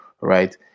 right